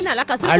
luck. so why